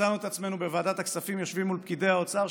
מצאנו את עצמנו בוועדת הכספים יושבים מול פקידי האוצר,